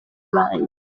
banjye